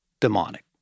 demonic